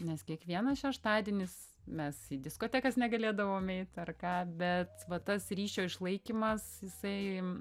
nes kiekvienas šeštadienis mes į diskotekas negalėdavom eit ar ką bet va tas ryšio išlaikymas jisai